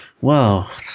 Wow